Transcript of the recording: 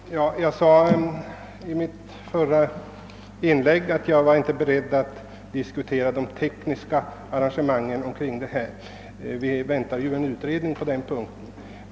Herr talman! Jag framhöll i mitt föregående inlägg att jag inte var beredd att diskutera de tekniska arrangemangen. Vi väntar ju en utredning på denna punkt.